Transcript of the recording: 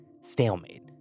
stalemate